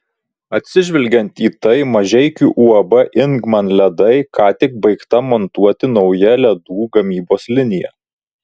atsižvelgiant į tai mažeikių uab ingman ledai ką tik baigta montuoti nauja ledų gamybos linija